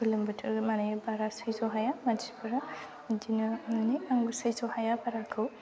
गोलोम बोथोराव माने बारा सैज्य हाया मानसिफोरा इदिनो माने आंबो सैज्य हाया बाराखौ